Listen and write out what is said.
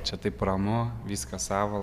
čia taip ramu viskas sava